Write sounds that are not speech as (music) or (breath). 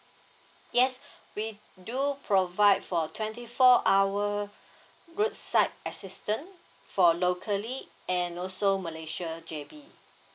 yes (breath) we do provide for twenty four hour (breath) roadside assistant for locally and also malaysia J_B